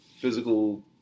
physical